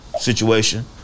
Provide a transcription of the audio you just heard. situation